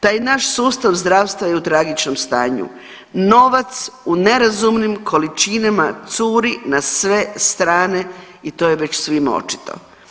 Taj naš sustav zdravstva je u tragičnom stanju, novac u nerazumnim količinama curi na sve strane i to je već svima očito.